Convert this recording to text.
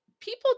people